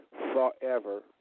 forever